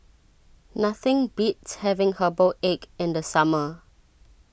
nothing beats having Herbal Egg in the summer